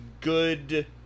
good